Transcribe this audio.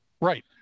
right